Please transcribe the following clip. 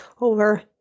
over